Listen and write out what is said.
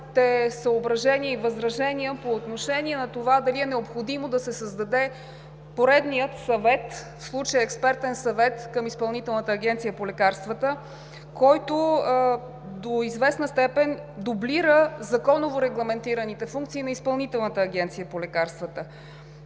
съображения и възражения по отношение на това дали е необходимо да се създаде поредният съвет – в случая Експертен съвет към Изпълнителната агенция по лекарствата, който до известна степен дублира законово регламентираните функции на Изпълнителната агенция по лекарствата.